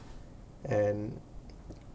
and